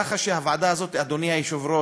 וככה הוועדה הזאת, אדוני היושב-ראש,